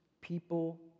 people